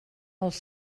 els